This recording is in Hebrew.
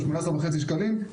18.5 שקלים.